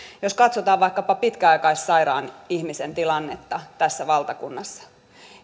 jos katsotaan vaikkapa pitkäaikaissairaan ihmisen tilannetta tässä valtakunnassa